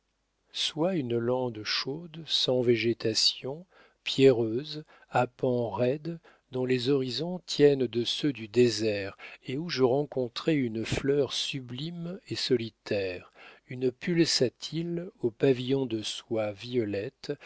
soit une lande chaude sans végétation pierreuse à pans raides dont les horizons tiennent de ceux du désert et où je rencontrais une fleur sublime et solitaire une pulsatille au pavillon de soie violette